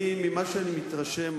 ממה שאני מתרשם,